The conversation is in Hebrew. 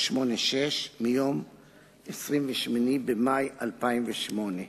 386, מיום 28 במאי 2008,